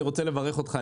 אני רוצה לברך אותך,